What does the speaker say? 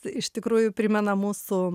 iš tikrųjų primena mūsų